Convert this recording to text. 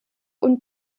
und